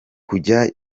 kujya